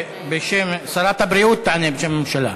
שרת הבריאות תענה בשם הממשלה.